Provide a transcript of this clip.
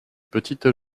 petites